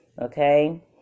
Okay